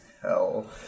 hell